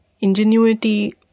ingenuity